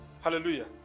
Hallelujah